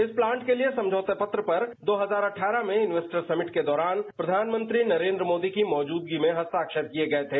इस प्लांट के लिए समझौते पर दो हजार अड्डारह में इन्वेस्टर समिट के दौरान प्रधानमंत्री नरेंद्र मोदी की मौजूदगी में हस्ताक्षर किए गए थे